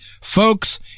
Folks